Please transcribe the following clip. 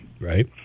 Right